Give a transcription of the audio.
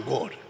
God